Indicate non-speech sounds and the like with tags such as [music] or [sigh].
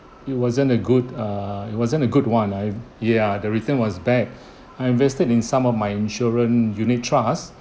it wasn't that good err it wasn't a good one right ya the return was bad [breath] I invested in some of my insurance unit trusts